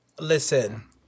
Listen